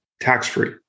tax-free